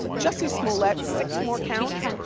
jussie smollett, six more counts.